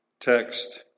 text